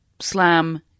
slam